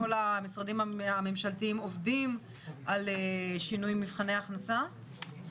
כל המשרדים הממשלתיים עובדים על שינויים במבחני הכנסה,